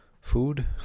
food